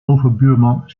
overbuurman